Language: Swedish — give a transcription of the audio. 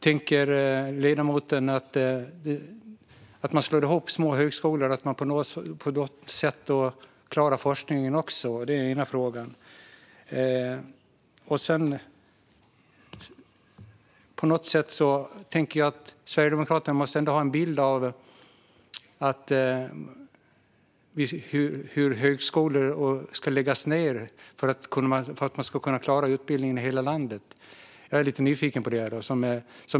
Tänker ledamoten att man slår ihop små högskolor och då på något sätt också klarar forskningen? Det är den ena frågan. Jag tänker att Sverigedemokraterna ändå måste ha en bild av hur högskolor ska läggas ned för att man ska klara utbildningen i hela landet. Jag är lite nyfiken på det.